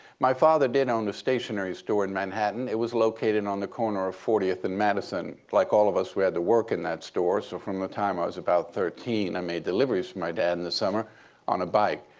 my father did own a stationary store in manhattan. it was located on the corner of fortieth and madison. like all of us, we had to work in that store. so from the time i was about thirteen, i made deliveries my dad in the summer on a bike.